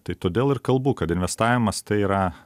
tai todėl ir kalbu kad investavimas tai yra